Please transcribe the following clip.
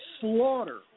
slaughter